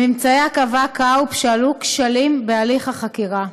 בממצאיה קבעה קרפ שעלו כשלים בהליך החקירה.